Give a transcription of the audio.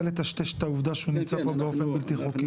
לטשטש את העובדה שהוא נמצא פה באופן בלתי חוקי?